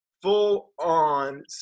full-on